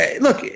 look